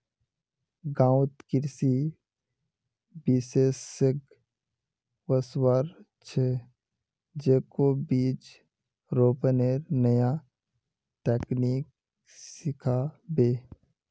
गांउत कृषि विशेषज्ञ वस्वार छ, जेको बीज रोपनेर नया तकनीक सिखाबे